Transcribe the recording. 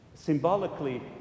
symbolically